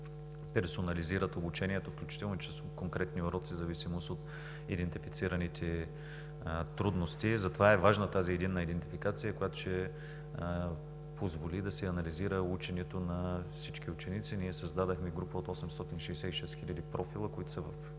персонализират обучението включително и чрез конкретни уроци в зависимост от идентифицираните трудности. Затова е важна тази единна идентификация, която ще позволи да се анализира ученето на всички ученици. Ние създадохме група от 866 хиляди профила, които са в